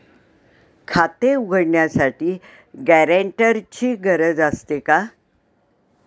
खाते उघडण्यासाठी गॅरेंटरची गरज असते का?